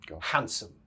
Handsome